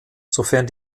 sofern